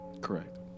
Correct